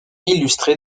illustré